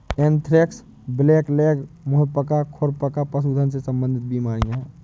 anthrax, blackleg, मुंह पका, खुर पका पशुधन से संबंधित बीमारियां हैं